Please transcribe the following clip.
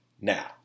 now